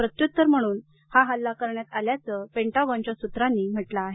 प्रत्युत्तर म्हणून हा हल्ला करण्यात आल्याचंही या सूत्रांनी म्हटलं आहे